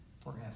forever